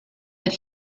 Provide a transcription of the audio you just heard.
that